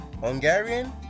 Hungarian